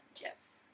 Yes